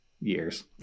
years